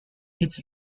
its